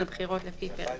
על בחירות לפי פרק